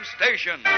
station